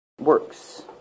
works